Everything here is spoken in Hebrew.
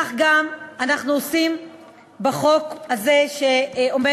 וכך אנחנו גם עושים בחוק הזה שלפניכם.